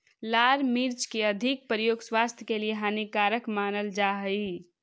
लाल मिर्च के अधिक प्रयोग स्वास्थ्य के लिए हानिकारक मानल जा हइ